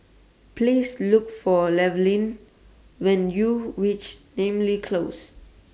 Please Look For Llewellyn when YOU REACH Namly Close